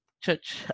church